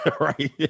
Right